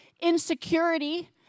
insecurity